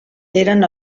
eren